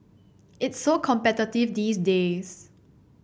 it's so competitive these days